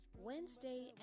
Wednesday